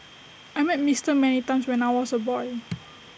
I met Mister many times when I was A boy